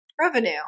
revenue